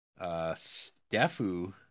Stefu